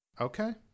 Okay